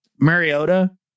Mariota